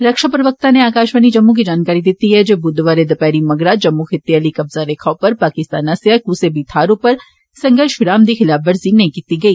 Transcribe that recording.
रक्षा प्रवक्ता नै आकाषवाणी जम्मू गी जानकारी दिती ऐ जे वुधवार दपेहरी मगरा जम्मू खित्ते आली कब्जा रेखा उप्पर पाकिस्तान आस्सेआ कुसै बी थाहरा उप्पर संघर्श विराम दी खिलाफवर्जी नेंई कीती गेई